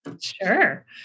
Sure